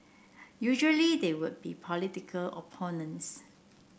usually they would be political opponents